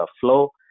Flow